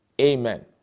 amen